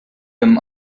him